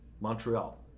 Montreal